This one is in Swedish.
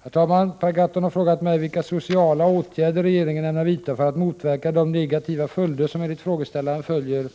Herr talman! Per Gahrton har frågat mig vilka sociala åtgärder regeringen ämnar vidta för att motverka de negativa följder som enligt frågeställaren | följer